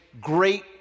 great